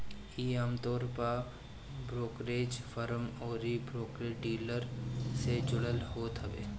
इ आमतौर पे ब्रोकरेज फर्म अउरी ब्रोकर डीलर से जुड़ल होत हवे